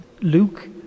Luke